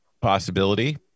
possibility